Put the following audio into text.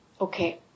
Okay